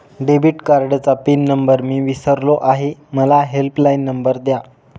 debit कार्डचा pin number मी विसरलो आहे मला हेल्पलाइन नंबर द्या